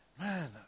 man